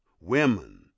women